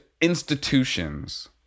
institutions